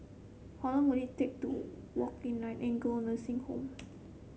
how long will it take to walk Nightingale Nursing Home